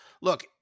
look